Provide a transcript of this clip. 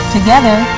Together